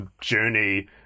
journey